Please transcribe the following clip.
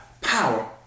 power